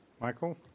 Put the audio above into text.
Michael